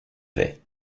vais